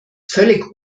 völlig